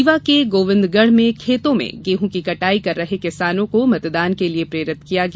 रीवा के गोविंदगढ़ में खेतों में गेहूं की कटाई कर रहे किसानों को मतदान के लिए प्रेरित किया गया